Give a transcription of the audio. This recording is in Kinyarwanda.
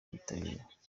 bitabiriye